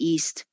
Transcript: East